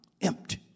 empty